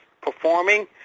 performing